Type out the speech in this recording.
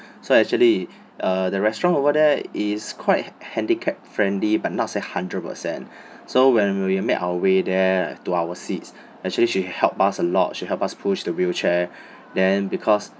so actually uh the restaurant over there is quite handicapped friendly but not say hundred per cent so when we made our way there to our seats actually she help us a lot she help us push the wheelchair then because